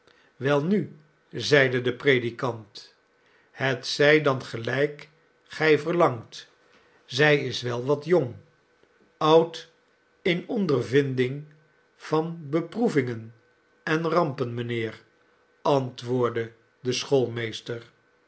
welnu zeide de predikant het zij dan gelijk gij verlangt zij is wel wat jong oud in ondervinding van beproevingen en rampen mijnheer antwoordde de